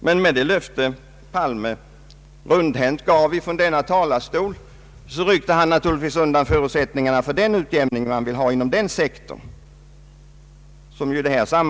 Men med det löfte herr Palme så rundhänt gav från denna talarstol så rycktes förutsättningarna för den önskade utjämningen inom den sektorn bort.